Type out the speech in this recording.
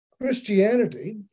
Christianity